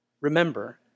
Remember